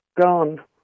gone